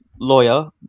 lawyer